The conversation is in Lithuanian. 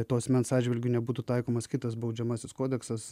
to asmens atžvilgiu nebūtų taikomas kitas baudžiamasis kodeksas